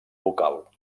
vocal